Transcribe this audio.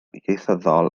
ieithyddol